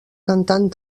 cantant